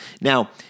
Now